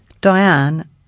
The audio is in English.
Diane